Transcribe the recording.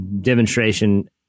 demonstration